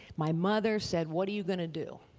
my mother said, what are you going to do?